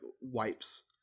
wipes